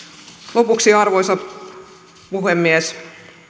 lopuksi arvoisa puhemies